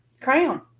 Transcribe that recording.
crown